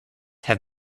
have